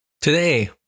Today